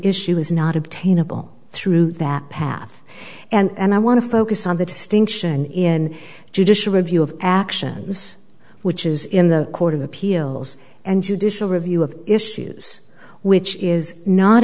issue is not obtainable through that path and i want to focus on the distinction in judicial review of actions which is in the court of appeals and judicial review of issues which is not